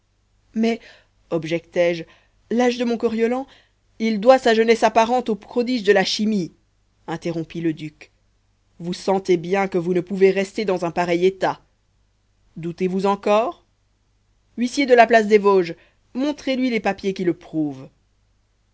mais objectai je l'âge de mon coriolan il doit sa jeunesse apparente aux prodiges de la chimie interrompit le duc vous sentez bien que vous ne pouvez rester dans un pareil état doutez-vous encore huissier de la place des vosges montrez-lui les papiers qui le prouvent